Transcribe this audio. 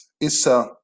Issa